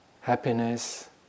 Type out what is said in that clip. happiness